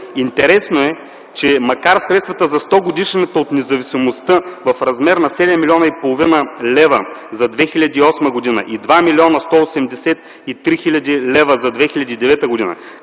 Интересно е, че макар средствата за 100-годишнината от Независимостта в размер на 7,5 млн. лв. за 2008 г. и 2 млн. 183 хил. лв. за 2009 г. да